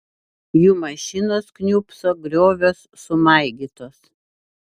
jų mašinos kniūbso grioviuos sumaigytos